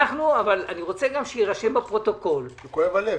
כי כואב הלב.